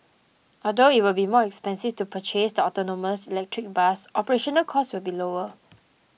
although it will be more expensive to purchase the autonomous electric bus operational costs will be lower